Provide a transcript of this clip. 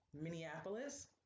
Minneapolis